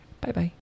Bye-bye